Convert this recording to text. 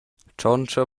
tschontscha